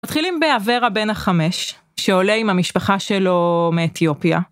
מתחילים באברה הבן החמש שעולה עם המשפחה שלו מאתיופיה.